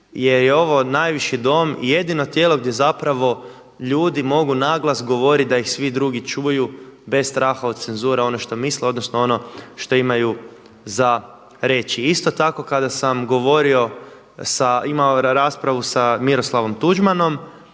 jer je ovo najviši Dom i jedino tijelo gdje zapravo ljudi mogu na glas govoriti da ih svi drugi čuju bez straha od cenzure ono što misle, odnosno ono što imaju za reći. Isto tako kada sam govorio sa, imao raspravu sa Miroslavom Tuđmanom